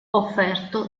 offerto